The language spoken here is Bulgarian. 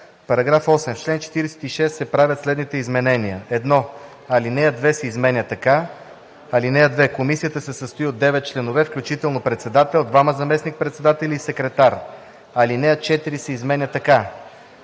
така: „§ 8. В чл. 46 се правят следните изменения: 1. Алинея 2 се изменя така: „(2) Комисията се състои от 9 членове, включително председател, двама заместник-председатели и секретар.“ 2. Алинея 4 се изменя така: